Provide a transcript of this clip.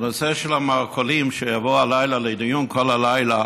בנושא של המרכולים, שיבוא הלילה לדיון, כל הלילה,